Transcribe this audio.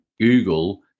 Google